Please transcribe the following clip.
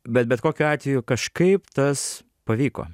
bet bet kokiu atveju kažkaip tas pavyko